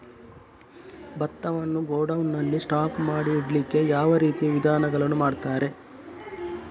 ಭತ್ತವನ್ನು ಗೋಡೌನ್ ನಲ್ಲಿ ಸ್ಟಾಕ್ ಮಾಡಿ ಇಡ್ಲಿಕ್ಕೆ ಯಾವ ರೀತಿಯ ವಿಧಾನಗಳನ್ನು ಮಾಡ್ತಾರೆ?